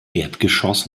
erdgeschoss